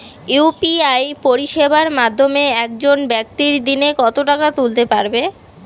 UPI পরিষেবার মাধ্যমে একজন ব্যাক্তি দিনে কত টাকা তুলতে পারবে?